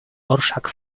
orszak